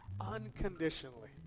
unconditionally